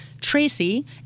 Tracy